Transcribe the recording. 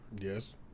yes